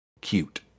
cute